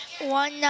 one